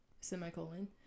semicolon